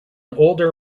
older